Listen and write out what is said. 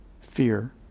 fear